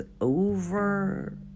over